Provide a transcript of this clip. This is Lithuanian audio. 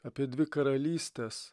apie dvi karalystes